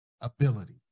ability